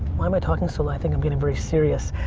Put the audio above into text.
why am i talking so light? i think i'm getting serious.